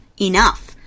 enough